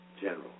General